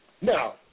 Now